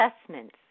assessments